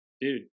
Dude